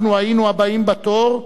אנחנו היינו הבאים בתור,